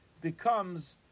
becomes